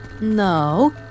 No